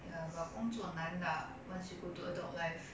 ya but 工作难 lah once you go to adult life